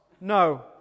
no